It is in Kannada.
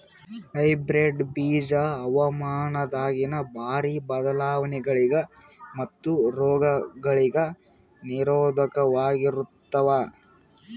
ಹೈಬ್ರಿಡ್ ಬೀಜ ಹವಾಮಾನದಾಗಿನ ಭಾರಿ ಬದಲಾವಣೆಗಳಿಗ ಮತ್ತು ರೋಗಗಳಿಗ ನಿರೋಧಕವಾಗಿರುತ್ತವ